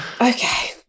Okay